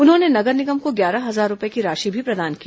उन्होंने नगर निगम को ग्यारह हजार रूपये की राशि भी प्रदान की